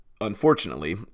unfortunately